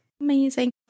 Amazing